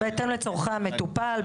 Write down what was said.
בהתאם לצורכי המטופל,